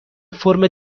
فرم